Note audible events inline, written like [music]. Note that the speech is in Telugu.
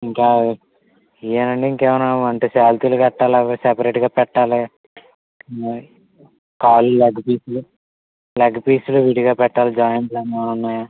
ఇంకా ఇవేనా అండి ఇంకా ఏమైనా అంటే [unintelligible] సెపరేట్గా పెట్టాలి కాలు లెగ్ పీసులు లెగ్ పీసులు విడిగా పెట్టాలి జాయింట్లు ఏమైనా